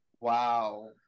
wow